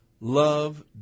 love